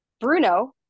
Bruno